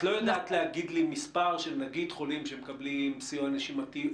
את לא יודעת להגיד לי מספר של חולים שמקבלים סיוע נשימתי,